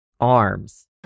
arms